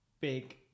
big